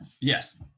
Yes